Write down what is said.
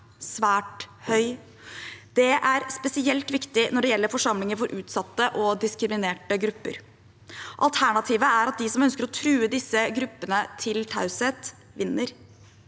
svært høy. Det er spesielt viktig når det gjelder forsamlinger av utsatte og diskriminerte grupper. Alternativet er at de som ønsker å true disse gruppene til taushet, vinner.